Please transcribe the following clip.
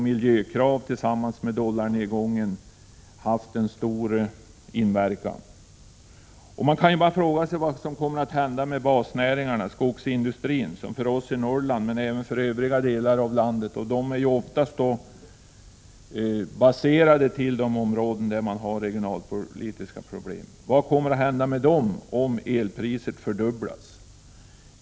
Miljökraven tillsammans med dollarkursens nedgång har haft en stor inverkan. Man kan fråga sig vad som kommer att hända med basnäringarna — skogsindustrin är ju en sådan i Norrland men även i övriga delar av landet. Dessa näringar är oftast baserade i de områden där man har regionalpolitiska problem. Vad kommer att hända med dem om elpriset fördubblas?